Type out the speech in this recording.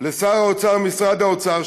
לשר האוצר ומשרד האוצר,